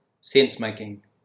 sense-making